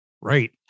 Right